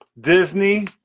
Disney